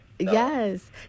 Yes